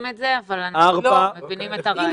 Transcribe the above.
את זה אבל אנחנו מבינים את הרעיון.